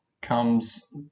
comes